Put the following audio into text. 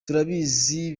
turabizi